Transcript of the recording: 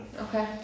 okay